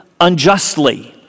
unjustly